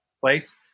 place